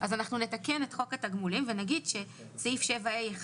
אז אנחנו נתקן את חוק התגמולים ונגיד שסעיף 7ה1,